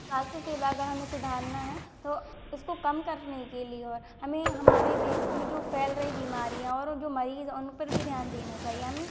स्वास्थ्य सेवा अगर हमें सुधारना है तो उसको कम करने के लिए होए हमें हमारे देश में जो फैल रही बीमारियाँ और वो जो मरीज हैं उन पर भी ध्यान देना चाहिए हमें